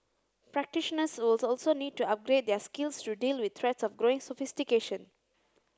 practitioners was also need to upgrade their skills to deal with threats of growing sophistication